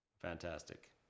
Fantastic